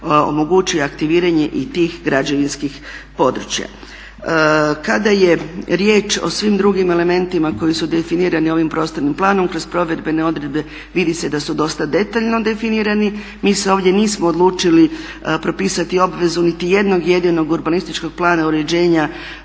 omogućuje aktiviranje i tih građevinskih područja. Kada je riječ o svim drugim elementima koji su definirani ovim prostornim planom kroz provedbene odredbe vidi se da su dosta detaljno definirani. Mi se ovdje nismo odlučili propisati obvezu niti jednog jedinog urbanističkog plana uređenja